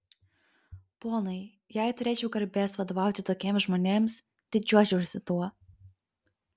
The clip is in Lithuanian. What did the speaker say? ponai jei turėčiau garbės vadovauti tokiems žmonėms didžiuočiausi tuo